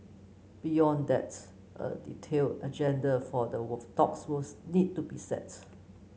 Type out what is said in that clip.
beyond that a detailed agenda for the talks will need to be set